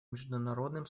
международным